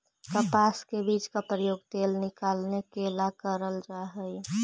कपास के बीज का प्रयोग तेल निकालने के ला करल जा हई